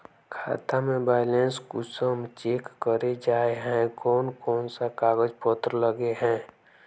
खाता में बैलेंस कुंसम चेक करे जाय है कोन कोन सा कागज पत्र लगे है?